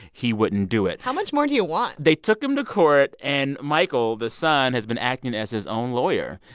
he wouldn't do it how much more do you want? they took him to court. and michael, the son, has been acting as his own lawyer.